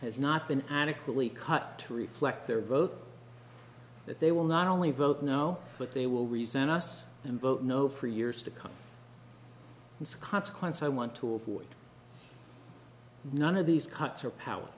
has not been adequately cut to reflect their vote that they will not only vote no but they will resent us and vote no for years to come and consequence i want to avoid none of these cuts or power